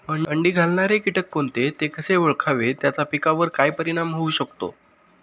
अंडी घालणारे किटक कोणते, ते कसे ओळखावे त्याचा पिकावर काय परिणाम होऊ शकतो?